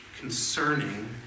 concerning